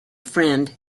friend